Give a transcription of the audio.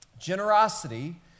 Generosity